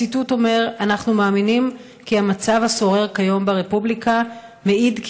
הציטוט אומר: אנו מאמינים כי המצב השורר כיום ברפובליקה מעיד כי